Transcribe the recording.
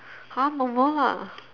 !huh! normal lah